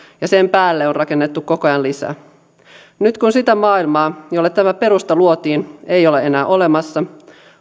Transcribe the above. ja sen päälle on rakennettu koko ajan lisää nyt kun sitä maailmaa jolle tämä perusta luotiin ei ole enää olemassa